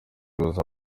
guhuza